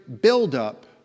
buildup